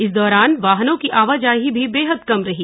इस दौरान वाहनों की आवाजाही बेहद कम रही